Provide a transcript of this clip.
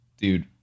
dude